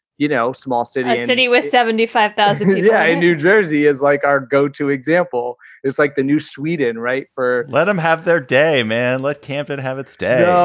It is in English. you know, small city city with seventy five. but yeah new jersey is like our go to example. it's like the new sweetin, right for let them have their day, man. let campaign have its day.